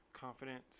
confidence